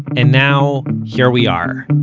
and now here we are,